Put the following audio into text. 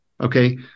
Okay